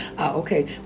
okay